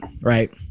right